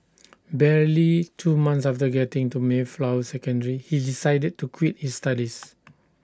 barely two months after getting into Mayflower secondary he decided to quit his studies